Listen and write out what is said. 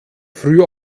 früh